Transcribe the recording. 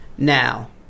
Now